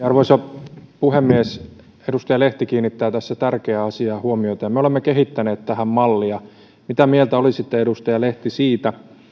arvoisa puhemies edustaja lehti kiinnittää tässä tärkeään asiaan huomiota me olemme kehittäneet tähän mallia mitä mieltä olisitte edustaja lehti siitä